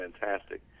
fantastic